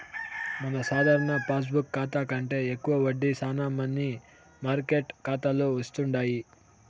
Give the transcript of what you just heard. మన సాధారణ పాస్బుక్ కాతా కంటే ఎక్కువ వడ్డీ శానా మనీ మార్కెట్ కాతాలు ఇస్తుండాయి